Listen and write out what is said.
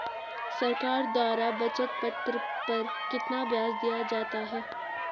सरकार द्वारा बचत पत्र पर कितना ब्याज दिया जाता है?